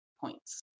points